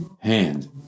hand